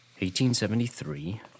1873